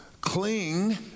Cling